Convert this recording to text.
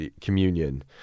communion